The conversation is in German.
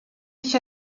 ich